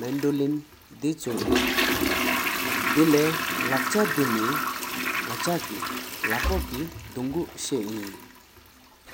མཱན་ཌོ་ལིན། ཐོང་བུཀ་དེ་ཆུ་ཨིན། ཌི་ལེཅ། ལག་ཆ་དེ་ན་ནག་ཆ་ཀེ་ལ་ཀ་ཀེ་དོང་གོ་ཤ་ཨིན།